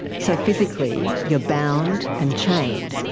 so physically you are bound and chained,